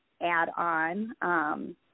add-on